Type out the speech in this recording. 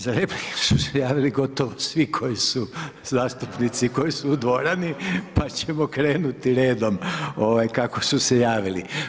Za repliku su se javili gotovo svi koji su zastupnici koji su u dvorani pa ćemo krenuti redom kako su se javili.